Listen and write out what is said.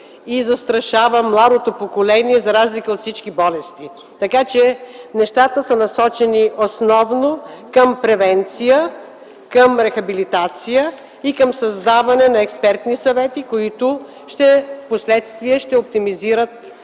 и застрашава младото поколение за разлика от всички болести. Така че нещата са насочени основно към превенция, към рехабилитация и към създаване на експертни съвети, които впоследствие ще оптимизират